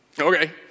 Okay